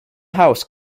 house